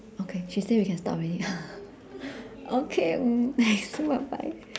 okay she say we can stop already okay mm bye bye